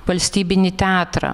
valstybinį teatrą